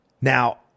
Now